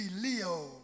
Leo